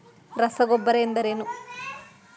ರಸಗೊಬ್ಬರ ಎಂದರೇನು?